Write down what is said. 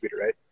right